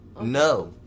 No